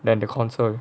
than the console